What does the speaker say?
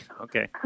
Okay